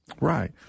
Right